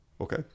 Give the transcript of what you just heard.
okay